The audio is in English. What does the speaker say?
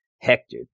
Hector